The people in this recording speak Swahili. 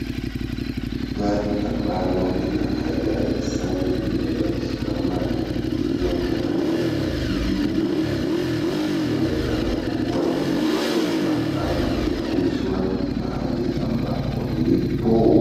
Gari ambalo ni la aina ya nisani limeweza kusimama likiwa na rangi ya kijivu likionekana kuwa limeoshwa au linauzwa mahali ambapo lipo.